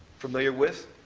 familiar with.